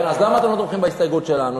אז למה אתם לא תומכים בהסתייגות שלנו,